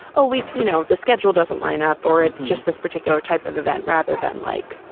oh, we you know, the schedule doesn't line up or it's just this particular type of event rather than like,